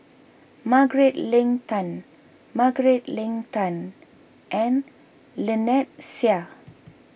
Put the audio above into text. Margaret Leng Tan Margaret Leng Tan and Lynnette Seah